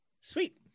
Sweet